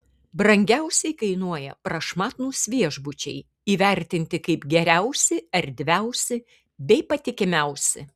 brangiausiai kainuoja prašmatnūs viešbučiai įvertinti kaip geriausi erdviausi bei patikimiausi